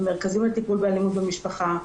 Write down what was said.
המרכזים לטיפול באלימות במשפחה,